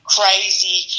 crazy